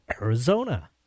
Arizona